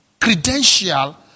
credential